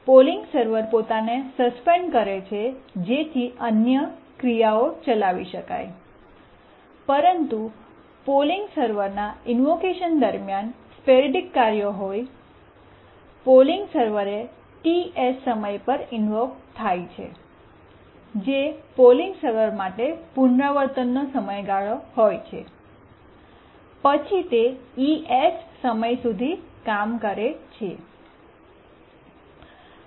polling server પોતાને suspend કરે છે જેથી અન્ય ક્રિયાઓ ચલાવી શકાય પરંતુ પોલિંગ સર્વર ના ઈન્વોકેશન દરમિયાન સ્પોરૈડિક કાર્યો હોય પોલિંગ સર્વર એ Ts સમય પર ઇન્વોક થાય છે જે પોલિંગ સર્વર માટે પુનરાવર્તનનો સમયગાળો હોય છે પછી તે es સમય સુધી કામ કરે છે